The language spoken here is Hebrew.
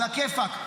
עלא כיפאק,